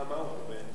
מה הוא חווה?